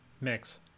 mix